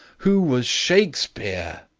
who was shakespeare?